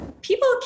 people